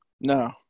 No